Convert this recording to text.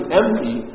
empty